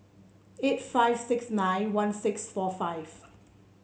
eight five six nine one six four five